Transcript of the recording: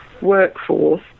workforce